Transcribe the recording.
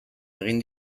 egin